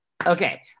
Okay